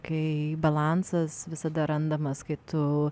kai balansas visada randamas kai tu